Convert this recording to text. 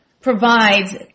provides